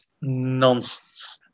nonsense